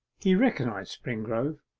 he recognized springrove.